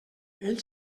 ell